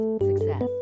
success